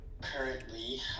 Currently